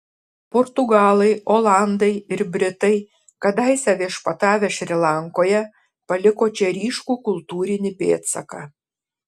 portugalai olandai ir britai kadaise viešpatavę šri lankoje paliko čia ryškų kultūrinį pėdsaką